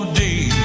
day